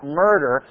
murder